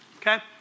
okay